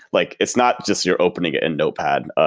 like it's not just you're opening it in notepad. ah